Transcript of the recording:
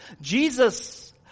jesus